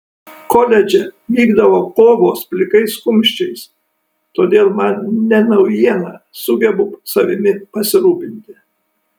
koledže vykdavo kovos plikais kumščiais todėl man ne naujiena sugebu savimi pasirūpinti